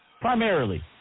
Primarily